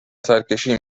سرکشی